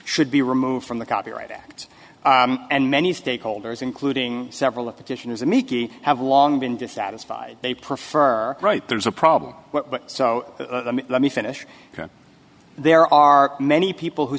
should be removed from the copyright act and many stakeholders including several of petitioners a miki have long been dissatisfied they prefer right there's a problem so let me finish there are many people who